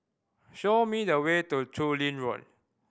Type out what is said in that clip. show me the way to Chu Lin Road